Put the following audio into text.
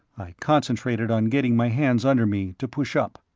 i concentrated on getting my hands under me, to push up.